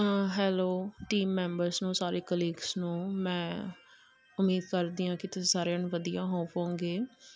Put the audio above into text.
hello team members ਨੂੰ ਸਾਰੇ colleagues ਨੂੰ ਮੈਂ ਉਮੀਦ ਕਰਦੀ ਹਾਂ ਕਿ ਤੁਸੀਂ ਸਾਰਿਆਂ ਨੂੰ ਵਧੀਆ ਹੋਪ ਹੋਵੋਂਗੇ